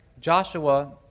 Joshua